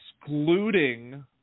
excluding